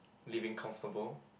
living comfortable